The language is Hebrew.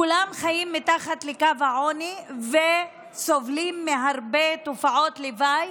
כולם חיים מתחת לקו העוני וסובלים מהרבה תופעות לוואי,